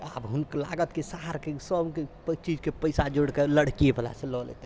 आ कि लागत कि सभ चीजके पैसा जोड़िके लड़किये बलासँ लय लेतै